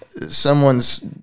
someone's